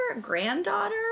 granddaughter